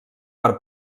per